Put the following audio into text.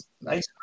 Nice